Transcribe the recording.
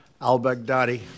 al-Baghdadi